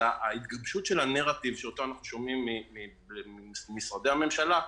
ההתגבשות של הנרטיב שאותו אנחנו שומעים ממשרדי הממשלה,